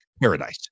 paradise